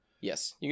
Yes